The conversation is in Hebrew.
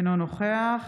אינו נוכח